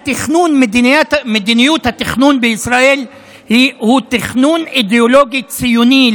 מדיניות התכנון בישראל היא תכנון אידיאולוגי ציוני,